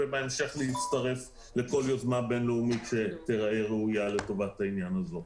ובהמשך להצטרף לכל יוזמה בין-לאומית שתיראה ראויה לטובת העניין הזה.